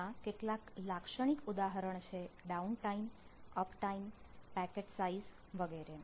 આઈ ના કેટલાક લાક્ષણિક ઉદાહરણ છે down time up time packet size વગેરે